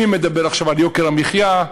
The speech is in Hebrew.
מי מדבר עכשיו על יוקר המחיה?